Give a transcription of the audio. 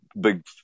big